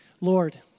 Lord